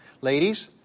Ladies